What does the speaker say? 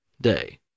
day